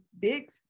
big